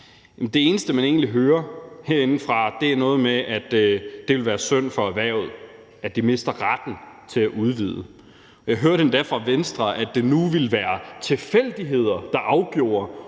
Det eneste, man egentlig hører herindefra, er, at det vil være synd for erhvervet, at det mister retten til at udvide. Jeg hørte endda fra Venstres side, at det nu ville være tilfældigheder, der afgjorde,